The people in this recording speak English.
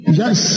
yes